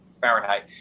Fahrenheit